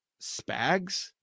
spags